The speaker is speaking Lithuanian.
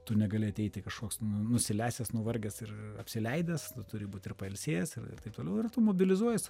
tu negali ateiti kažkoks nu nusilesęs nuvargęs ir apsileidęs tu turi būt ir pailsėjęs ir taip toliau ir tu mobilizuojies